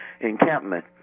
encampment